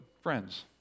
friends